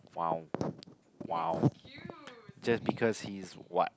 !wow! !wow! just because he's what